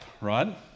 right